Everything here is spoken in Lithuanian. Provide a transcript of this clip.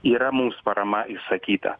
yra mums parama išsakyta